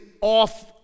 off